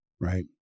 Right